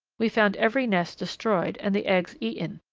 we found every nest destroyed and the eggs eaten.